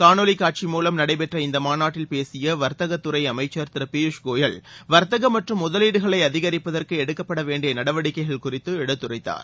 காணொளிகாட்சி மூலம் நடைபெற்ற இந்தமாநாட்டில் பேசியவர்த்தகதுறைஅமைச்சர் திருபியூஷ் கோயல் வர்த்தகம் மற்றும் முதலீடுகளைஅதிகரிப்பதற்குஎடுக்கவேண்டியநடவடிக்கைகள் குறித்துஎடுத்துரைத்தார்